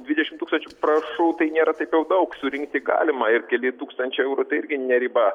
dvidešimt tūkstančių parašų tai nėra taip jau daug surinkti galima ir keli tūkstančiai eurų tai irgi ne riba